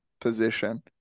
position